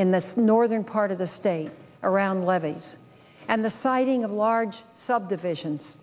in the northern part of the state around levees and the sighting of large subdivisions